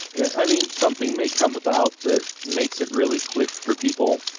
i mean, something may come about that makes it really click for people.